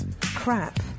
crap